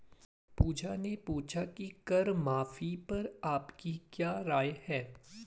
पूजा ने पूछा कि कर माफी पर आपकी क्या राय है?